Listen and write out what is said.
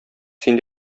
син